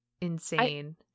insane